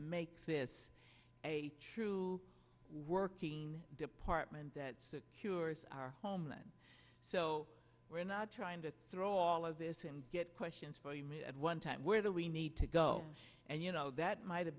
make this a true working department that secures our homeland so we're not trying to throw all of this and get questions for you made at one time where the we need to go and you know that might have